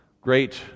great